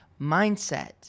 Mindset